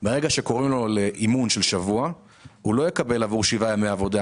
ברגע שקוראים לו לאימון של שבוע הוא לא יקבל עבור שבעה ימי עבודה,